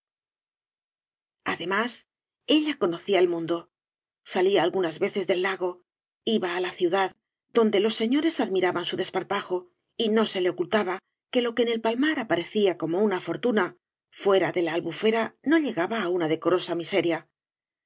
además ella conocía el mundo salía algunas veces del lago iba á la ciudad donde los señores admiraban su desparpajo y no se le ocultaba que lo que en el palmar aparecía como una fortuna fuera de la albufera no llegaba á una decorosa miseria